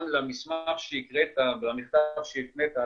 גם למסמך שהקראת והמכתב שהפנית,